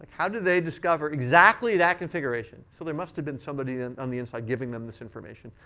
how did they discover exactly that configuration? so there must have been somebody and on the inside giving them this information.